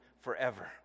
forever